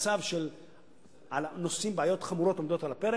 ובמצב שבעיות חמורות עומדות על הפרק,